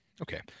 okay